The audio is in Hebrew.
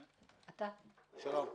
שלום.